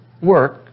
work